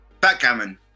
Backgammon